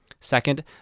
Second